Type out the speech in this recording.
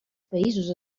països